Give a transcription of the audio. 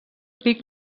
pic